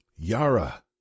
Yara